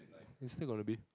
there still gotta be